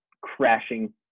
crashing